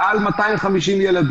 מעל 250 ילדים,